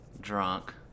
drunk